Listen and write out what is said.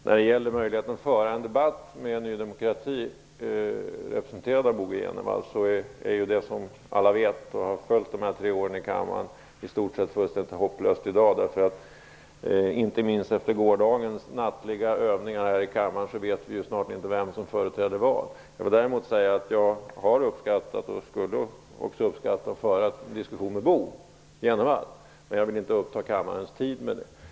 När det gäller möjligheten att föra en debatt med Ny demokrati, representerat av Bo G Jenevall, är det, som alla vet som har följt dessa tre år i kammaren, fullständigt hopplöst i dag. Vi vet snart inte vem som företräder vad, och det gäller inte minst efter gårdagens nattliga övningar här i kammaren. Däremot vill jag säga att jag har uppskattat, och skulle också uppskatta, att föra en diskussion med Bo G Jenevall. Men jag vill inte uppta kammarens tid med det.